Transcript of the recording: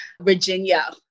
Virginia